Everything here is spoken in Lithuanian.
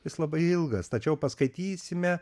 jis labai ilgas tačiau paskaitysime